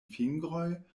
fingroj